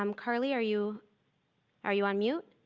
um carly, are you are you on mute?